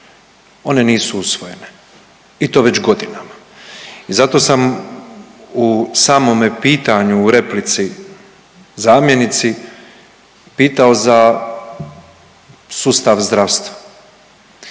one nisu usvojene i to već godinama. I zato sam u samome pitanju u replici zamjenici pitao za sustav zdravstva.